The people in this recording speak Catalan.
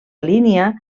línia